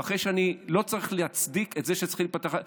ואחרי שאני לא צריך להצדיק את זה שצריכה להיפתח,